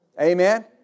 Amen